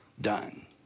done